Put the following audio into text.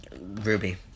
ruby